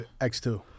X2